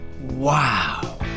wow